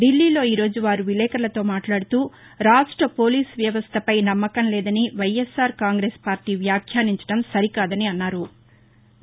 ఢిల్లీలో ఈరోజు వారు విలేకరులతో మాట్లాడుతూ రాష్ట పోలీసు వ్యవస్టపై నమ్మకం లేదని వైఎస్సార్ కాంగ్రెస్ పార్టీ వ్యాఖ్యానించడం సరికాదని అన్నారు